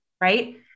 Right